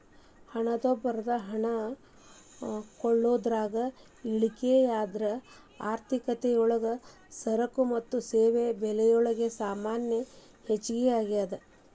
ಹಣದುಬ್ಬರದ ಹಣ ಕೊಳ್ಳೋದ್ರಾಗ ಇಳಿಕೆಯಾದ್ರ ಆರ್ಥಿಕತಿಯೊಳಗ ಸರಕು ಮತ್ತ ಸೇವೆಗಳ ಬೆಲೆಗಲೊಳಗ ಸಾಮಾನ್ಯ ಹೆಚ್ಗಿಯಾಗ್ತದ